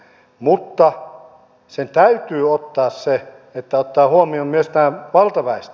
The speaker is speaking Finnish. mutta sen täytyy ottaa huomioon myös tämä valtaväestö